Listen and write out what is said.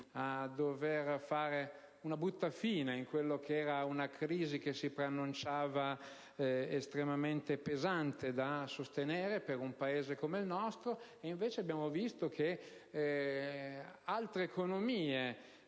a dover fare una brutta fine in quella che era una crisi che si preannunciava estremamente pesante da sostenere per un Paese come il nostro. Invece, altre economie